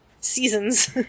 seasons